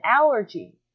allergy